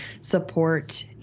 support